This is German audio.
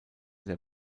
der